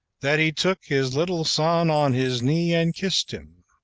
that he took his little son on his knee and kissed him!